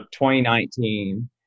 2019